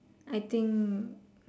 I think